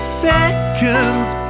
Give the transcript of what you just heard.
seconds